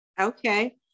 okay